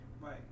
Right